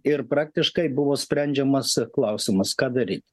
ir praktiškai buvo sprendžiamas klausimas ką daryti